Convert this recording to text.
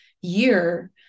year